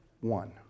one